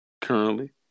currently